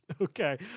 Okay